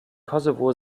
kosovo